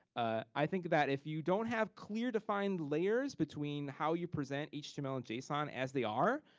ah i think that if you don't have clear, defined layers between how you present each html in json as they are,